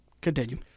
continue